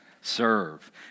Serve